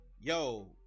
yo